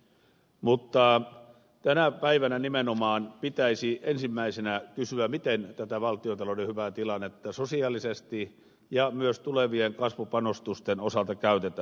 mutta tänä päivänä nimenomaan pitäisi ensimmäisenä kysyä miten tätä valtiontalouden hyvää tilannetta sosiaalisesti ja myös tulevien kasvupanostusten osalta käytetään